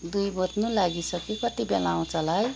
दुई बज्नु लागिसक्यो कतिबेला आउँछ होला है